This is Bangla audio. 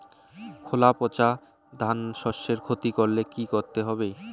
খোলা পচা ধানশস্যের ক্ষতি করলে কি করতে হবে?